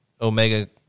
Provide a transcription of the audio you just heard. Omega